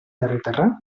herritarra